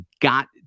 got